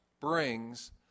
brings